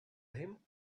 him